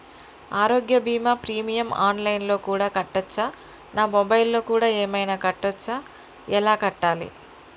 ఆరోగ్య బీమా premium online లో కూడా కట్టచ్చా? నా మొబైల్లో కూడా ఏమైనా కట్టొచ్చా? ఎలా కట్టాలి?